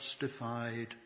justified